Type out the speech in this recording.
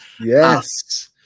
Yes